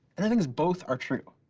and i think these both are true.